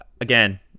again